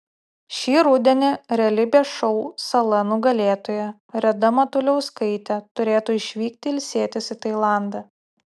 šį rudenį realybės šou sala nugalėtoja reda matuliauskaitė turėtų išvykti ilsėtis į tailandą